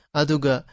aduga